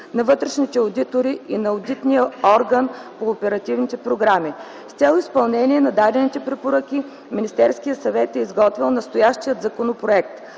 на вътрешните одитори и на Одитния орган по оперативните програми. С цел изпълнение на дадените препоръки Министерският съвет е изготвил настоящият законопроект,